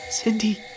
Cindy